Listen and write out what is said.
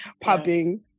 popping